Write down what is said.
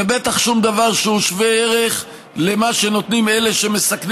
ובטח שום דבר שהוא שווה ערך למה שנותנים אלה שמסכנים